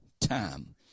time